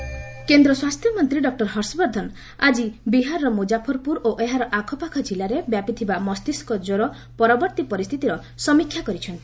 Bihar encephalitis କେନ୍ଦ୍ର ସ୍ୱାସ୍ଥ୍ୟମନ୍ତ୍ରୀ doctor Harshvardhan ଆଜି ବିହାରର ମୁଜାଫର୍ପୁର ଓ ଏହାର ଆଖପାଖ ଜିଲ୍ଲାରେ ବ୍ୟାପିଥିବା ମସ୍ତିଷ୍କ କ୍ୱର ପରବର୍ତ୍ତୀ ପରିସ୍ଥିତିର ସମୀକ୍ଷା କରିଛନ୍ତି